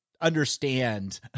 understand